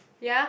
ya